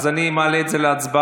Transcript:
אז אני מעלה את זה להצבעה.